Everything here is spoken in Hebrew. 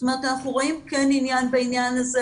זאת אומרת אנחנו כן רואים עניין בעניין הזה